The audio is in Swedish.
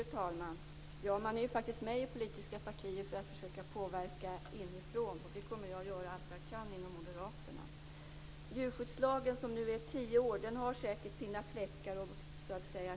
Det är inte acceptabelt att djurskyddslagen och dess ambition inte fullt ut tillgodoses även på detta område.